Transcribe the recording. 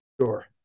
sure